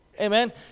Amen